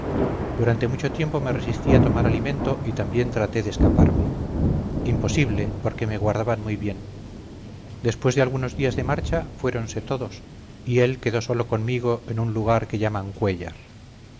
durante mucho tiempo me resistí a tomar alimento y también traté de escaparme imposible porque me guardaban muy bien después de algunos días de marcha fuéronse todos y él quedó solo conmigo en un lugar que llaman cuéllar